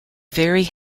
very